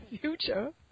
Future